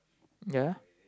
ya